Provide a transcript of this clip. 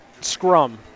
scrum